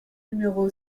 numéro